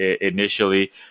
initially